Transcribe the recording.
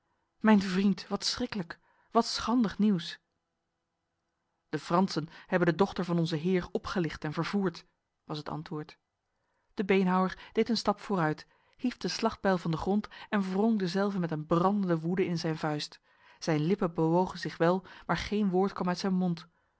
mijn vriend wat schriklijk wat schandig nieuws de fransen hebben de dochter van onze heer opgelicht en vervoerd was het antwoord de beenhouwer deed een stap vooruit hief de slachtbijl van de grond en wrong dezelve met een brandende woede in zijn vuist zijn lippen bewogen zich wel maar geen woord kwam uit zijn mond